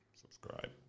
subscribe